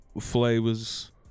flavors